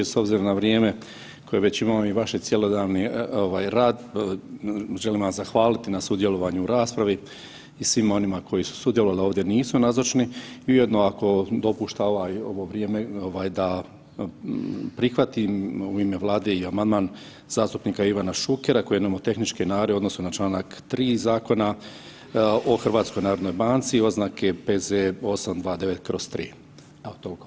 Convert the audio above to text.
S obzirom na vrijeme koje već imamo i vaš cjelodnevni rad, želim vam zahvaliti na sudjelovanju u raspravi i svima onima koji su sudjelovali, a ovdje nisu nazočni i ujedno ako dopušta ovaj, ovo vrijeme da prihvatim u ime Vlade i amandman zastupnika Ivana Šukera koji je nomotehničke naravi u odnosu na članka 3. Zakona o HNB-u oznake P.Z. 829/3.